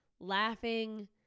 laughing